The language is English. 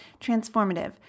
transformative